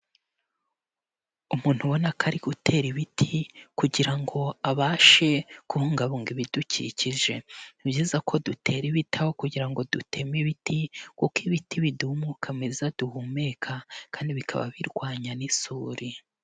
Umuntu ubona ko ari gutera ibiti kugira ngo ngo abashe kubungabunga ibidukikije. Ni byiza ko dutera ibiti aho kugira ngo duteme ibiti, kuko ibiti biduha umwuka mwiza duhumeka kandi bikaba birwanya n'isuri.